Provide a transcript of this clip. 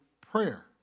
prayer